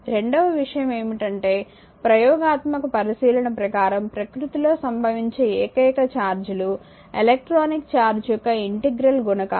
రెండవ విషయం ఏమిటంటే ప్రయోగాత్మక పరిశీలన ప్రకారం ప్రకృతిలో సంభవించే ఏకైక ఛార్జీలు ఎలక్ట్రానిక్ ఛార్జ్ యొక్క ఇంటిగ్రల్ గుణకాలు